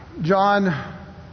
John